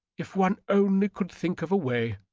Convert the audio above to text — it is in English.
if one only could think of a way.